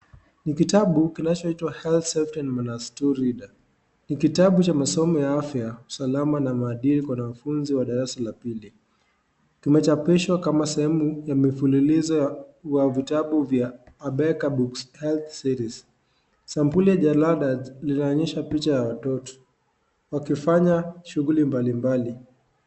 Ni kitabu kinachoitwa Health, Safety, and Manners 2 reader. Ni kitabu cha masomo ya afya, usalama na maadili kwa wanafunzi wa darasa la pili. Kimechapishwa kama sehemu ya mfululizo wa vitabu vya (cs) abeka books health series.(cs)Sampuli la jalada linaonyesha picha la watoto wakifanya shughuli mbalimbali.